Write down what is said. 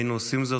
היינו עושים זאת.